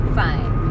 fine